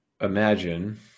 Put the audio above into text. imagine